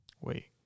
Wait